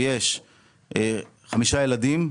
ויש חמישה ילדים,